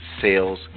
sales